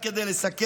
רק כדי לסכם,